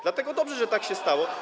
Dlatego dobrze, że tak się stało.